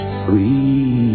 free